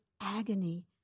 agony